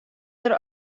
dêr